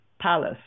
palace